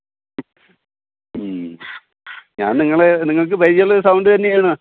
ഞാൻ നിങ്ങളെ നിങ്ങൾക്ക് പരിചയമുള്ള സൗണ്ട് തന്നെയാണ്